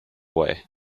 way